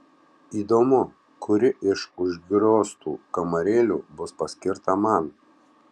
įdomu kuri iš užgrioztų kamarėlių bus paskirta man